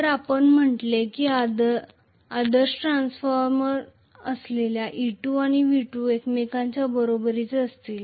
तर आपण म्हटले आहे की आदर्श ट्रान्सफॉर्मर असल्यास E2 आणि V2 एकमेकांच्या बरोबरीचे असतील